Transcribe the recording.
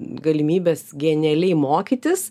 galimybės genialiai mokytis